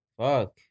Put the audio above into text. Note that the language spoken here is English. Fuck